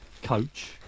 coach